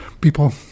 people